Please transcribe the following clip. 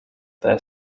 their